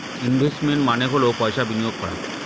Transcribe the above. investment মানে হল পয়সা বিনিয়োগ করা